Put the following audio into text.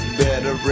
better